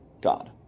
God